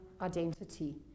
identity